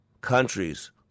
countries